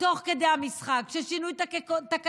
תוך כדי המשחק, של שינוי תקנונים,